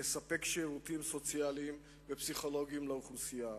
לספק שירותים סוציאליים ופסיכולוגיים לאוכלוסייה.